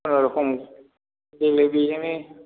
खुनुरुखुम देग्लाय बेजोंनो